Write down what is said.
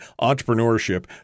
Entrepreneurship